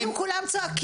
אם כולם צועקים,